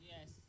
Yes